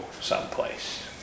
someplace